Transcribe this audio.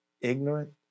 ignorant